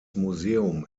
museum